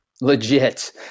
Legit